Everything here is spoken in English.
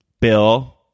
Bill